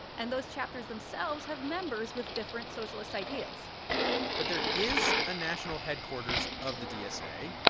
and those chapters themselves have members with different socialist ideas but there is a national headquarters of the dsa.